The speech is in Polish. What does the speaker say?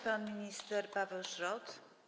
Pan minister Paweł Szrot.